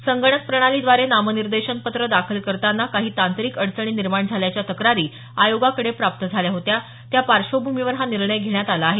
संगणक प्रणालीद्वारे नामनिर्देशनपत्र दाखल करताना काही तांत्रिक अडचणी निर्माण झाल्याच्या तक्रारी आयोगाकडे प्राप्त झाल्या होत्या त्या पार्श्वभूमीवर हा निर्णय घेण्यात आला आहे